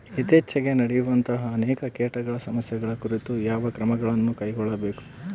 ಇತ್ತೇಚಿಗೆ ನಡೆಯುವಂತಹ ಅನೇಕ ಕೇಟಗಳ ಸಮಸ್ಯೆಗಳ ಕುರಿತು ಯಾವ ಕ್ರಮಗಳನ್ನು ಕೈಗೊಳ್ಳಬೇಕು?